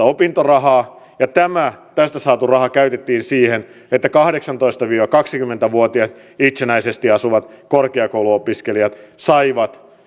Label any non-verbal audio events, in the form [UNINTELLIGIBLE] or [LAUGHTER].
[UNINTELLIGIBLE] opintorahaa ja tästä saatu raha käytettiin siihen että kahdeksantoista viiva kaksikymmentä vuotiaat itsenäisesti asuvat korkeakouluopiskelijat saivat